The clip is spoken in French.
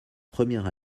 première